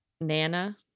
Nana